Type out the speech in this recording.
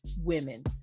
women